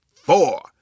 four